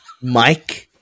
Mike